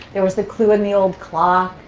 there was the clue in the old clock,